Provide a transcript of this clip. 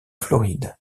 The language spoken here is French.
floride